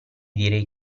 direi